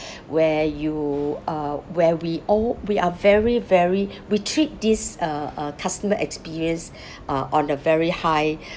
where you uh where we all we are very very we treat this uh customer experience uh on a very high